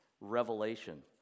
revelation